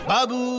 Babu